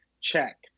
Check